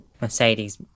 Mercedes